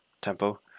tempo